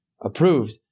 approved